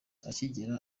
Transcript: akigera